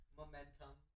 momentum